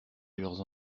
leurs